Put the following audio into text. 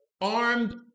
armed